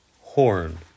horn